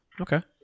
Okay